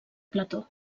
plató